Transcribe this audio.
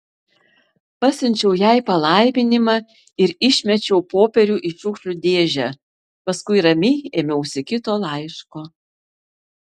pasiunčiau jai palaiminimą ir išmečiau popierių į šiukšlių dėžę paskui ramiai ėmiausi kito laiško